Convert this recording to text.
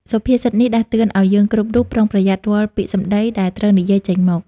សុភាសិតនេះដាស់តឿនឱ្យយើងគ្រប់រូប ប្រុងប្រយ័ត្នរាល់ពាក្យសម្ដីដែលត្រូវនិយាយចេញមក។